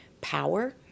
power